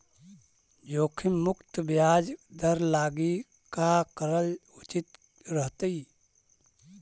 जोखिम मुक्त ब्याज दर लागी का करल उचित रहतई?